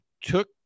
took